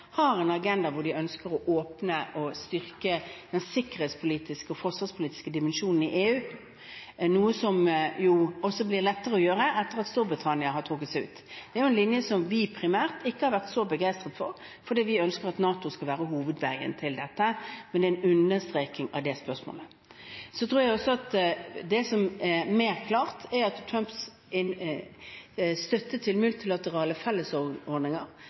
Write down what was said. har en agenda hvor de ønsker å åpne og styrke den sikkerhetspolitiske og forsvarspolitiske dimensjonen i EU, noe som også blir lettere å gjøre etter at Storbritannia har trukket seg ut. Det er en linje som vi primært ikke har vært så begeistret for, for vi ønsker at NATO skal være hovedveien – men det er en understreking av spørsmålet. Det som er mer klart, er at Trumps støtte til multilaterale